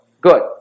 Good